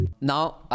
Now